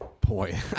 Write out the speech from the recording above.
Boy